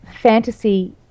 fantasy